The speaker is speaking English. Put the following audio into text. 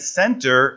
center